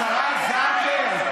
השרה זנדברג.